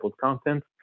content